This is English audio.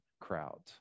crowd